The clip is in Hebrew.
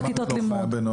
טוב.